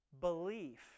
belief